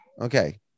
Okay